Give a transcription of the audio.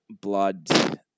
blood